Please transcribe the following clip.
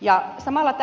ja samalla